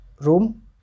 room